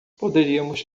poderíamos